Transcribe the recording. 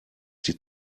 die